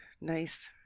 nice